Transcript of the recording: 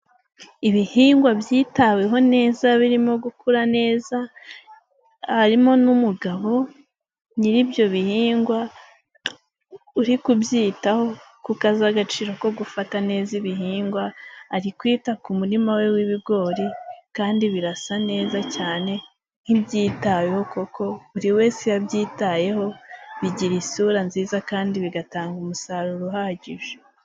Ibihingwa byitaweho neza birimo gukura neza, harimo n'umugabo nyir 'ibyo bihingwa uri kubyitaho kuko azi agaciro ko gufata neza ibihingwa, ari kwita ku murima we w'ibigori kandi birasa neza cyane nk'ibyitaweho koko, buri wese iyo abyitayeho bigira isura nziza kandi bigatanga umusaruro uhagije.